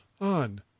on